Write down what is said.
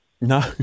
No